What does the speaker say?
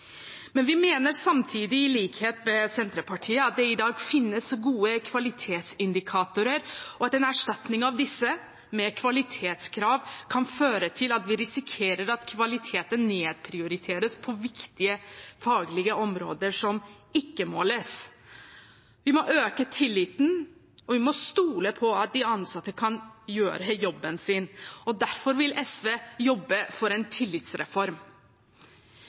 Men vi mener samtidig, i likhet med Senterpartiet, at det i dag finnes gode kvalitetsindikatorer, og at en erstatning av disse med kvalitetskrav kan føre til at vi risikerer at kvaliteten nedprioriteres på viktige faglige områder som ikke måles. Vi må øke tilliten, og vi må stole på at de ansatte kan gjøre jobben sin. Derfor vil SV jobbe for en tillitsreform.